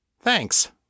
Thanks